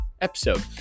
episode